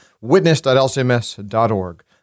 witness.lcms.org